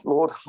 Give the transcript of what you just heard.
Lord